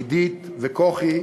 עידית וכוכי,